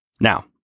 Now